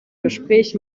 gespräch